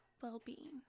well-being